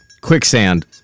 Quicksand